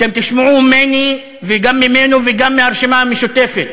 אתם תשמעו ממני וגם ממנו וגם מהרשימה המשותפת